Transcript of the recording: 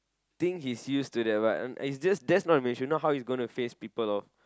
think he's used to that but um it's just that's not the solution if not how he going to face people lor